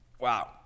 Wow